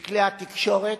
בכלי התקשורת,